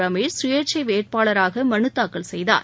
ரமேஷ் சுயேட்சை வேட்பாளராக மனுத்தாக்கல் செய்தார்